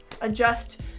adjust